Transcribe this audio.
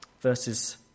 Verses